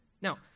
Now